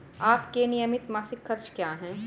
आपके नियमित मासिक खर्च क्या हैं?